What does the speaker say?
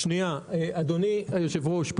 אדוני היושב-ראש,